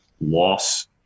Loss